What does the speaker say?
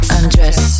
Undress